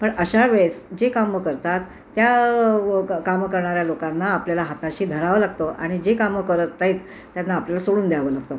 पण अशा वेळेस जे कामं करतात त्या कामं करणाऱ्या लोकांना आपल्याला हाताशी धरावं लागतं आणि जे कामं करत नाहीत त्यांना आपल्याला सोडून द्यावं लागतं